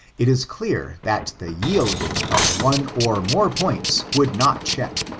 it is clear that the yielding of one or more points would not check,